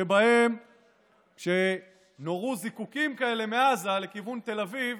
שבהם נורו זיקוקים כאלה מעזה לכיוון תל אביב.